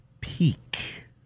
peak